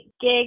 gig